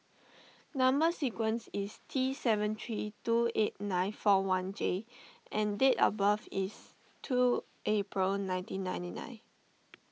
Number Sequence is T seven three two eight nine four one J and date of birth is two April nineteen ninety nine